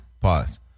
Pause